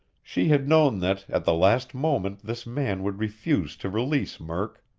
she had known that, at the last moment, this man would refuse to release murk.